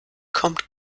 kommt